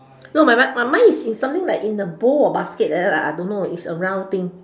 no but mine mine mine is in something like in a bowl or basket like that I don't know is a round thing